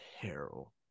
terrible